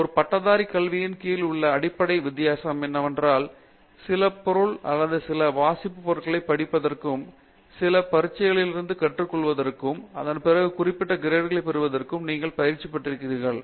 ஒரு பட்டதாரி கல்வியின் கீழ் உள்ள அடிப்படை வித்தியாசம் என்னவென்றால் சில பொருள் அல்லது சில வாசிப்புப் பொருளைப் படிப்பதற்கும் சில பரீட்சைகளிலிருந்தும் கற்றுக்கொள்வதற்கும் அதன் பிறகு குறிப்பிட்ட கிரேடுகளை பெறுவதற்கும் நீங்கள் பயிற்சி பெற்றிருக்கிறீர்கள்